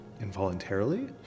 involuntarily